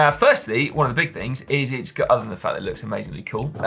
ah firstly, one of the big things is it's got, other than the fact it looks amazingly cool,